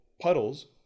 puddles